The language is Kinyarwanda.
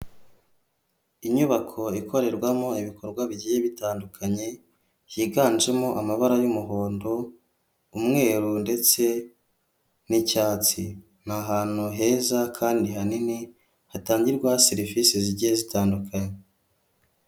Inyubako ikorerwamo ibikorwa bigiye bitandukanye higanjemo amabara y'umuhondo, umweru ndetse n'icyatsi. Ni ahantu heza kandi hanini hatangirwa serivise zigiye zitandukanye.